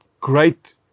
great